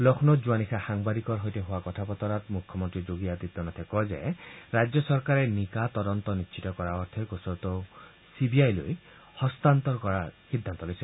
লক্ষ্ণৌত যোৱা নিশা সাংবাদিকৰ সৈতে হোৱা কথা বতৰাত মুখ্যমন্ত্ৰী যোগী আদিত্য নাথে কয় যে ৰাজ্য চৰকাৰে নিকা তদন্ত নিশ্চিত কৰাৰ অৰ্থে গোচৰটো চি বি আইলৈ হস্তান্তৰ কৰাৰ সিদ্ধান্ত লৈছে